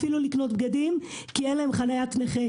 אפילו לא לקנות בגדים כי אין להם חניית נכה.